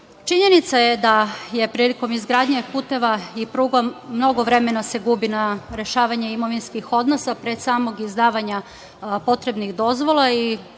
železnici. Činjenica je da se prilikom izgradnje puteva i pruga mnogo vremena gubi na rešavanje imovinskih odnosa, pre samog izdavanja potrebnih dozvala i